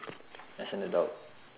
as an adult